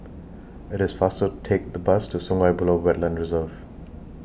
IT IS faster Take The Bus to Sungei Buloh Wetland Reserve